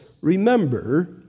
Remember